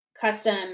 custom